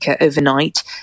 overnight